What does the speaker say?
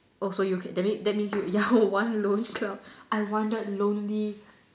oh so you that means that means you you're one lone cloud I wandered lonely